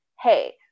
Hey